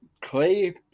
Clay